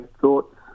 thoughts